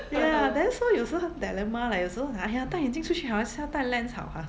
ya then so 有时很 dilemma leh 有时候 !aiya! 戴眼镜出去好还是要戴 lens 好 ha